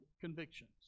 convictions